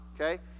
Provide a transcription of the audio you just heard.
okay